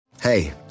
Hey